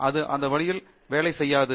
அது அந்த வழியில் வேலை செய்யாது